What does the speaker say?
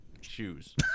shoes